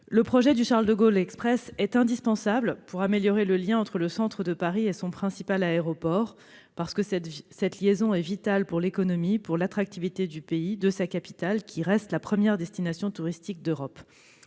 Le projet du Charles-de-Gaulle Express est indispensable pour améliorer le lien entre le centre de Paris et son principal aéroport. Cette liaison est vitale pour l'économie et pour l'attractivité de notre pays et de sa capitale, qui reste la première destination touristique d'Europe.